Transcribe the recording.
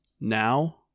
now